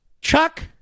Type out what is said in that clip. Chuck